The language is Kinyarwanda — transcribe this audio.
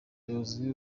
abayobozi